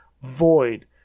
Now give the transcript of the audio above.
void